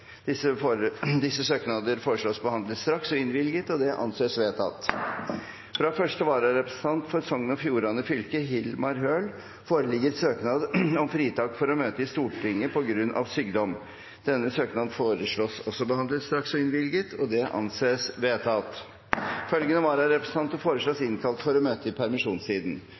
Disse søknader foreslås behandlet straks og innvilget. – Det anses vedtatt. Fra første varerepresentant for Sogn og Fjordane fylke, Hilmar Høl, foreligger søknad om fritak for å møte i Stortinget, på grunn av sykdom. Etter forslag fra presidenten ble enstemmig besluttet: Søknaden behandles straks og innvilges. Følgende vararepresentanter innkalles for å møte i permisjonstiden: